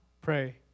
Pray